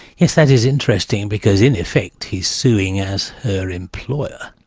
yes, that is interesting, because in effect he's suing as her employer,